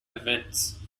events